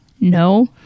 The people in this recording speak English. No